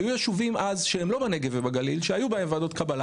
היו ישובים אז שהם לא בנגב ובגליל שהיו בהם ועדות קבלה